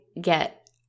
get